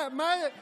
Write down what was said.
מה זה קשור?